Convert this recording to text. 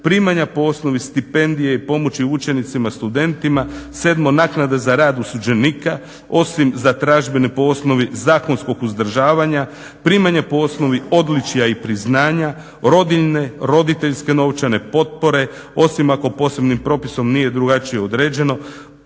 primanja po osnovi stipendije i pomoći učenicima studentima, naknade za rad osuđenika osim za tražbine po osnovi zakonskog uzdržavanja, primanja po osnovi odličja i priznanja, rodiljne, roditeljske novčane potpore osim ako posebnim propisom nije drugačije određeno,